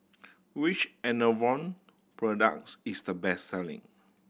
which Enervon products is the best selling